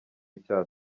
icyaha